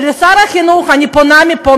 ולשר החינוך אני פונה מפה,